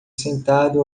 sentado